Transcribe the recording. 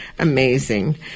Amazing